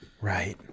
Right